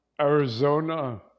Arizona